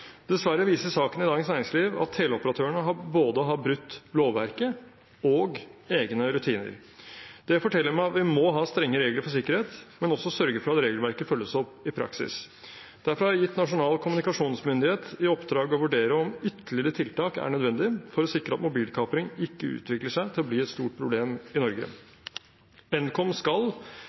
Dessverre viser saken i Dagens Næringsliv at teleoperatørene har brutt både lovverket og egne rutiner. Det forteller meg at vi må ha strenge regler for sikkerhet, men også sørge for at regelverket følges opp i praksis. Derfor har jeg gitt Nasjonal kommunikasjonsmyndighet, Nkom, i oppdrag å vurdere om ytterligere tiltak er nødvendig for å sikre at mobilkapring ikke utvikler seg til å bli et stort problem i Norge. Nkom skal,